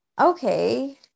okay